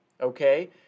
Okay